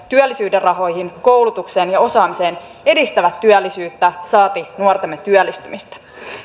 työllisyyden rahoihin koulutukseen ja osaamiseen edistävät työllisyyttä saati nuortemme työllistymistä paitsi että